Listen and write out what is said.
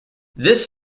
this